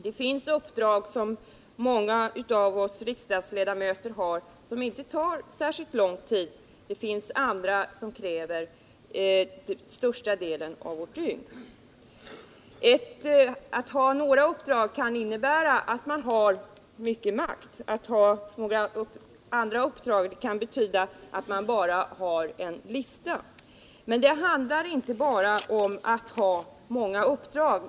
Det finns uppdrag som många av oss riksdagsledamöter har som inte tar särskilt lång tid, det finns andra som kräver större delen av dygnet, Vissa uppdrag kan innebära att man har stor makt, andra uppdrag kan betyda att man bara har en uppdragslista. Men det handlar inte enbart om att ha många uppdrag.